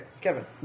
Kevin